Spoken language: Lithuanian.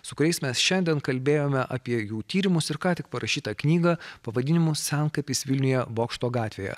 su kuriais mes šiandien kalbėjome apie jų tyrimus ir ką tik parašytą knygą pavadinimu senkapis vilniuje bokšto gatvėje